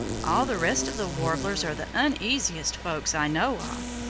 all the rest of the warblers are the uneasiest folks i know of.